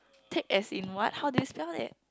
take as in what how do you spell it